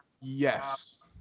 Yes